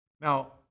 Now